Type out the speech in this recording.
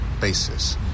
basis